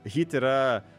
hyt yra